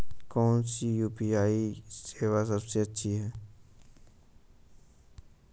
कौन सी यू.पी.आई सेवा सबसे अच्छी है?